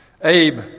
Abe